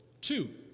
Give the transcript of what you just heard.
two